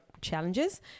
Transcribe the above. challenges